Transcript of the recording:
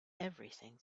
everything